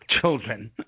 children